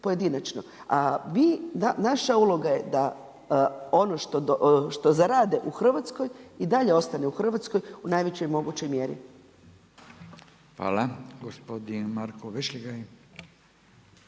pojedinačno, a naša uloga je da ono što zarade u Hrvatskoj i dalje ostane u Hrvatskoj u najvećoj mogućoj mjeri. **Radin, Furio